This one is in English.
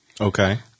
Okay